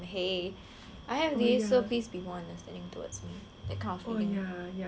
I have these so please be more understanding towards me that kind of feeling